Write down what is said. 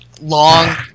Long